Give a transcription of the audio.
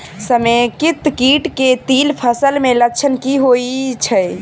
समेकित कीट केँ तिल फसल मे लक्षण की होइ छै?